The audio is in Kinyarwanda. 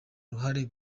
ruhare